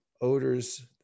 odors